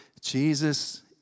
Jesus